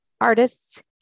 artists